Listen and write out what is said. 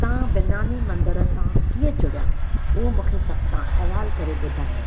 तव्हां बिनानी मंदर सां कीअं जुड़िया उहो मूंखे सभु तव्हां अहवालु करे ॿुधायो